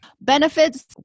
Benefits